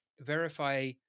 verify